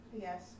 Yes